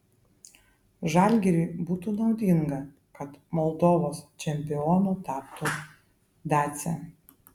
žalgiriui būtų naudinga kad moldovos čempionu taptų dacia